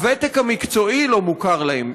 הוותק המקצועי לא מוכר להם.